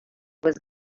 was